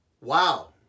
wow